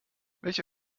welche